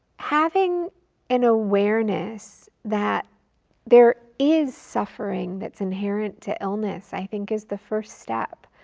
having an awareness that there is suffering that's inherent to illness i think is the first step.